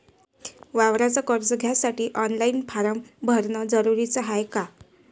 वावराच कर्ज घ्यासाठी ऑनलाईन फारम भरन जरुरीच हाय का?